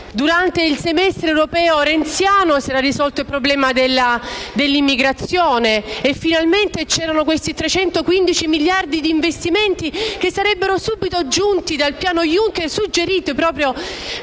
Durante il semestre europeo renziano sembrava si fosse risolto il problema dell'immigrazione e che finalmente vi fossero questi 315 miliardi di investimenti che sarebbero subito giunti dal piano Juncker suggeriti proprio